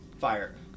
fire